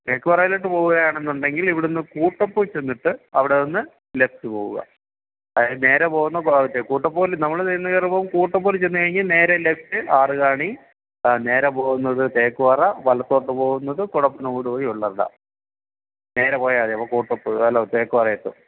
തേക്കുപാറയിലോട്ട് പോവുകയാണെന്നുണ്ടെങ്കിൽ ഇവിടുന്ന് കൂട്ടപ്പു ചെന്നിട്ട് അവിടെനിന്ന് ലെഫ്റ്റ് പോവുക അതായത് നേരെ പോവുന്ന കൂട്ടപ്പൂവില് നമ്മള് നേരെ ചെന്നു കയറുമ്പോള് കൂട്ടപ്പൂവില് ചെന്നുകഴിഞ്ഞ് നേരെ ലെഫ്റ്റ് ആറുകാണി ആ നേരെ പോവുന്നത് തേക്കുപാറ വലത്തോട്ട് പോകുന്നത് കൊടപ്പനംമൂട് വഴി വെള്ളറട നേരെ പോയാല് മതി അപ്പോള് കൂട്ടപ്പൂ അല്ല തേക്കുപാറയെത്തും